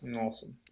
Awesome